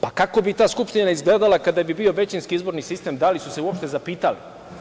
Pa, kako bi ta Skupština izgledala kada bi bio većinski izborni sistem, da li su se uopšte zapitali?